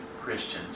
Christians